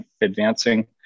advancing